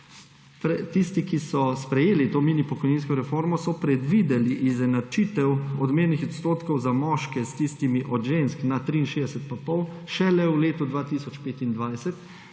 Tisti, ki so sprejeli to mini pokojninsko reformo, so predvideli izenačitev odmernih odstotkov za moške s tistimi od žensk na 63,5 šele v letu 2025.